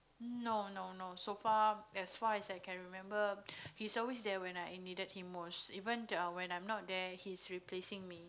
no no no so far as far as I can remember he's always there when I needed him most even the when I'm not there he is replacing me